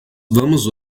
vamos